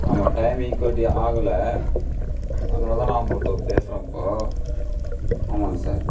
ஆமாம் டைம் ஈக்குவட்டி ஆகல அதனால்தான் நான் உங்களுக்கு பேசுகிறேன் இப்போது ஆமாங்க சார்